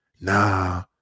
nah